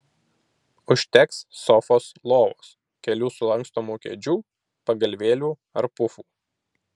užteks sofos lovos kelių sulankstomų kėdžių pagalvėlių ar pufų